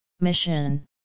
Mission